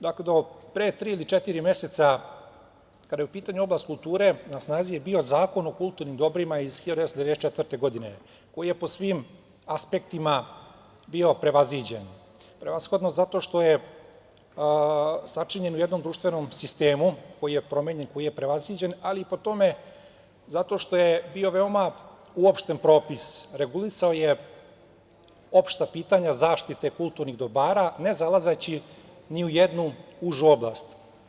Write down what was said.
Do pre tri ili četiri meseca, kada je u pitanju oblast kulture, na snazi je bio Zakon o kulturnim dobrima iz 1994. godine, koji je po svim aspektima bio prevaziđen, prevashodno zato što je sačinjen u jednom društvenom sistemu koji je promenjen, koji je prevaziđen, ali i po tome zato što je bio veoma uopšten propis koji je regulisao opšta pitanja zaštite kulturnih dobara, ne zalazeći ni u jednu užu oblast.